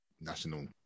national